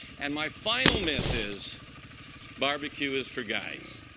and my final myth is barbecue is for guys.